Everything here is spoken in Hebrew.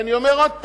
ואני אומר עוד פעם,